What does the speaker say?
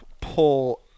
pull